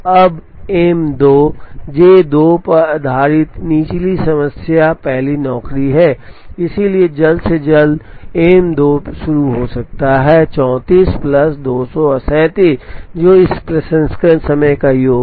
अब M 2 J 2 पर आधारित निचली सीमा पहली नौकरी है इसलिए जल्द से जल्द M 2 शुरू हो सकता है 34 प्लस 200 और 37 जो इस पर प्रसंस्करण समय का योग है